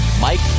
Mike